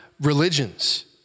religions